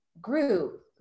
group